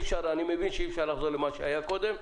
אני מבין שאי אפשר לחזור למה שהיה קודם,